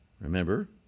remember